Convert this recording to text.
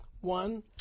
One